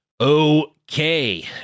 okay